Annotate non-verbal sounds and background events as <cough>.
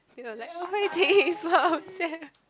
you know like <laughs> Hui-Ting <laughs>